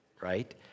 right